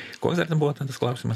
koks dar ten buvo ten tas klausimas